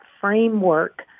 framework